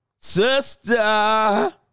sister